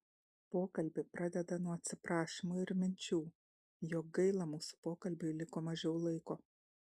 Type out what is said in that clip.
pokalbį pradeda nuo atsiprašymų ir minčių jog gaila mūsų pokalbiui liko mažiau laiko